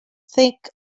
thick